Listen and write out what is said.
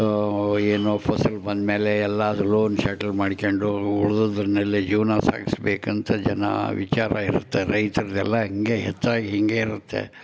ಏನೋ ಫಸಲು ಬಂದ ಮೇಲೆ ಎಲ್ಲ ಲೋನ್ ಸೆಟ್ಲ್ ಮಾಡ್ಕಂಡು ಉಳ್ದದ್ರ ಮೇಲೆ ಜೀವನ ಸಾಗಿಸ್ಬೇಕಂತ ಜನ ವಿಚಾರ ಇರುತ್ತೆ ರೈತ್ರದ್ದೆಲ್ಲ ಹಿಂಗೆ ಹೆಚ್ಚಾಗಿ ಹೀಗೇ ಇರುತ್ತೆ